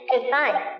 Goodbye